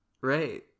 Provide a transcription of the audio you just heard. Right